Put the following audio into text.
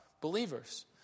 believers